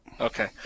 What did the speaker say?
Okay